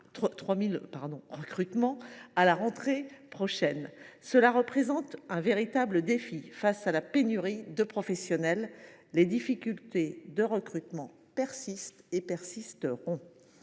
à la rentrée prochaine. Cela représente un véritable défi compte tenu de la pénurie de professionnels : les difficultés de recrutement persistent et persisteront.